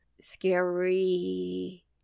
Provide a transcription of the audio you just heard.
scary